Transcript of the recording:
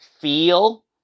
feel